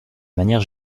manière